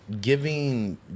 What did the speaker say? giving